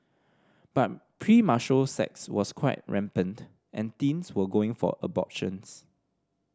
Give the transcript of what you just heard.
but premarital sex was quite rampant and teens were going for abortions